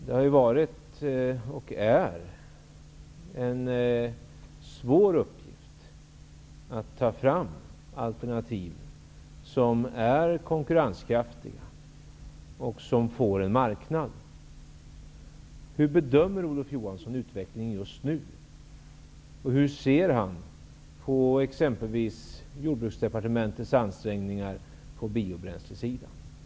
Det har varit och är en svår uppgift att ta fram alternativ som är konkurrenskraftiga och som får en marknad. Hur bedömer Olof Johansson utvecklingen just nu? Och hur ser Olof Johansson på exempelvis jordbruksdepartementets ansträngningar på biobränslesidan?